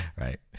Right